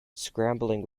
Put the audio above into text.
scrambling